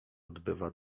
odbywa